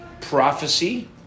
prophecy